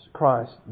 Christ